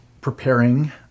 preparing